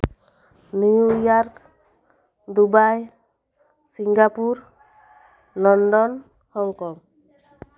New York Dubai Singapore London Hong Kong